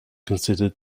considered